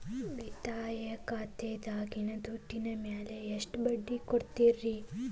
ಉಳಿತಾಯ ಖಾತೆದಾಗಿನ ದುಡ್ಡಿನ ಮ್ಯಾಲೆ ಎಷ್ಟ ಬಡ್ಡಿ ಕೊಡ್ತಿರಿ?